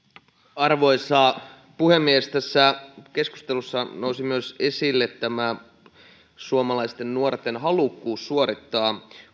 arvoisa puhemies tässä keskustelussa nousi myös esille suomalaisten nuorten halukkuus suorittaa